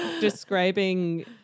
describing